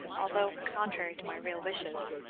although contrary to my real wishes.